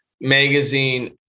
magazine